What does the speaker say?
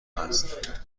است